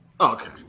Okay